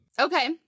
Okay